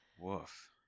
Woof